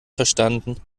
verstanden